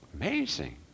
amazing